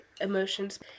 emotions